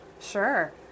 Sure